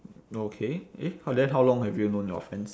okay eh how then how long have you known your friends